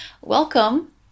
welcome